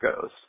goes